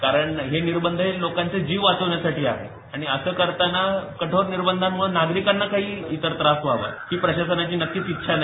कारण हे निर्बंध हे लोकांचे जीव वाचवण्यासाठी आहे आणि असं करतांना कठोर निर्बंधांमुळे नागरिकांना काही त्रास व्हावा ही प्रशासनाची नक्कीच इच्छा नाही